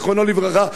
זיכרונו לברכה,